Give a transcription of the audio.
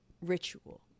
ritual